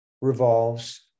revolves